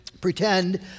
pretend